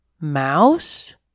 Mouse